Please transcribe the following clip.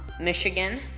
michigan